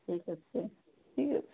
ଠିକ୍ ଅଛି ଠିକ୍ ଅଛି